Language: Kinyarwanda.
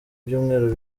byumweru